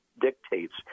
dictates